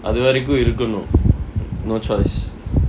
அது வரைக்கு இருக்கனு:athu varaikku irukkanu no choice